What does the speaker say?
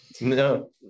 No